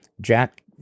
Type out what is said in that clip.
Jack